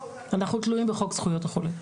אנחנו תלויים בחוק זכויות החולה.